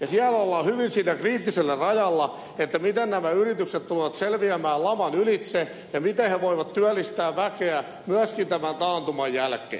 siellä ollaan hyvin kriittisellä rajalla miten nämä yritykset tulevat selviämään laman ylitse ja miten ne voivat työllistää väkeä myöskin tämän taantuman jälkeen